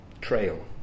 Trail